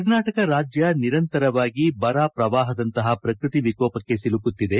ಕರ್ನಾಟಕ ರಾಜ್ಯ ನಿರಂತರವಾಗಿ ಬರ ಪ್ರವಾಹದಂತಹ ಪ್ರಕೃತಿ ವಿಕೋಪಕ್ಕೆ ಸಿಲುಕುತ್ತಿದೆ